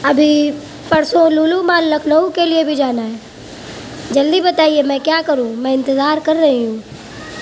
ابھی پرسوں لولو مال لکھنؤ کے لئے بھی جانا ہے جلدی بتائیے میں کیا کروں میں انتظار کر رہی ہوں